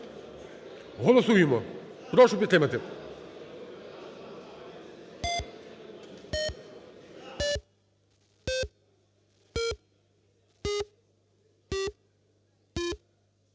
Голосуємо. Прошу підтримати.